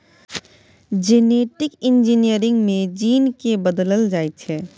genetic engineering मे gene केँ बदलल जाइ छै